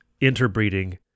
interbreeding